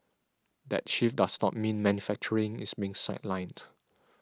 that shift does not mean manufacturing is being sidelined